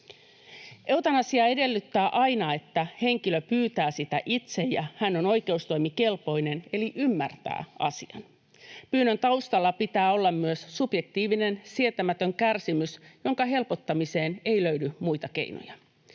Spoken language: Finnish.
Eutanasia edellyttää aina, että henkilö pyytää sitä itse ja hän on oikeustoimikelpoinen eli ymmärtää asian. Pyynnön taustalla pitää olla myös subjektiivinen sietämätön kärsimys, jonka helpottamiseen ei löydy muita keinoja.